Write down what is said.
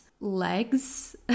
legs